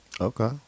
okay